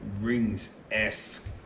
Rings-esque